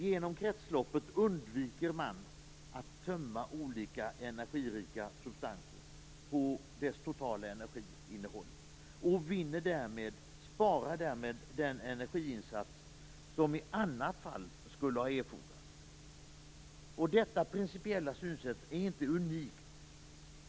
Genom kretsloppet undviker man att tömma olika energirika substanser på deras totala energiinnehåll och vinner - sparar - därmed den energiinsats som i annat fall skulle ha erfordrats. Detta principiella synsätt är inte unikt.